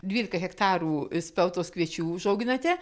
dvylika hektarų speltos kviečių užauginate